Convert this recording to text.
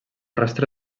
rastre